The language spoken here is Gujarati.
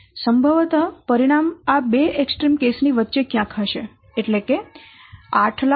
સંભવત પરિણામ આ બે એક્સ્ટ્રીમ કેસ ની વચ્ચે ક્યાંક હશે એટલે કે 800000 અને 100000 ની વચ્ચે